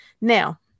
now